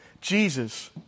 Jesus